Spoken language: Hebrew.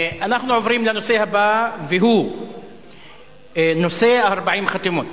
אנחנו עוברים לנושא הבא, והוא נושא 40 החתימות.